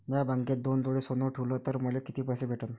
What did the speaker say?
म्या बँकेत दोन तोळे सोनं ठुलं तर मले किती पैसे भेटन